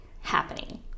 happening